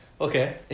Okay